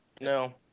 No